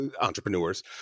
entrepreneurs